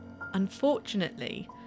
Unfortunately